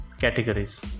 categories